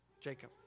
Jacob